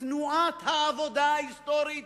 תנועת העבודה ההיסטורית,